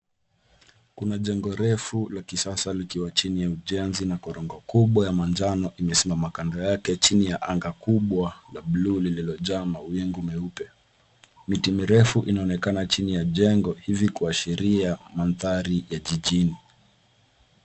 Kuna jengo refu la kisasa likiwa chini ya ujenzi na korongo kubwa ya manjano imesimama kando yake chini ya angaa kubwa la buluu lililojaa mawingu meupe. Miti mirefu inaonekana chini ya jengo hivi kuashiria mandhari ya jijini.